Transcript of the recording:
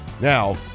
Now